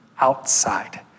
outside